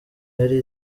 yari